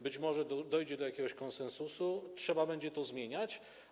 Być może dojdzie do jakiegoś konsensusu, trzeba będzie to zmieniać.